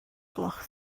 gloch